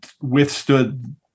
withstood